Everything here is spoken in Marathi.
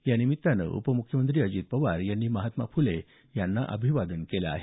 यानिमित्त उपमुख्यमंत्री अजित पवार यांनी महात्मा फुले यांना अभिवादन केलं आहे